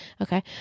okay